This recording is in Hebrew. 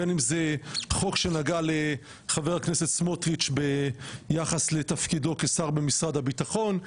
בין אם זה חוק שנגע לחבר הכנסת סמוטריץ ביחס לתפקידו כשר במשרד הביטחון,